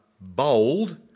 bold